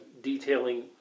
detailing